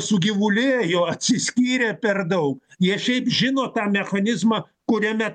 sugyvulėjo atsiskyrė per daug jie šiaip žino tą mechanizmą kuriame